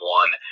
one